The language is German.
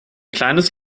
kleines